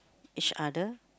each other